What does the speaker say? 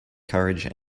courage